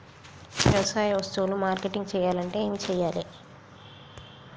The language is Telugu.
వ్యవసాయ వస్తువులు మార్కెటింగ్ చెయ్యాలంటే ఏం చెయ్యాలే?